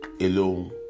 alone